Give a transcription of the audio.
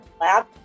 lab